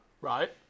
Right